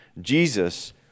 Jesus